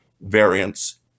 variants